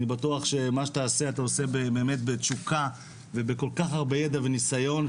אני בטוחה שמה שתעשה אתה עושה באמת בתשוקה ובכל כך הרבה ידע וניסיון,